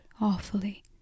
awfully